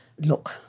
look